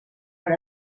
per